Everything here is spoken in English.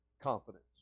confidence